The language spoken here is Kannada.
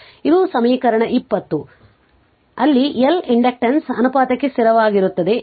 ಇದು ಸಮೀಕರಣ 20 ಎಂದು ಹೇಳಿ ಅಲ್ಲಿ L ಇಂಡಕ್ಟನ್ಸ್ ಅನುಪಾತಕ್ಕೆ ಸ್ಥಿರವಾಗಿರುತ್ತದೆ